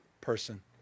person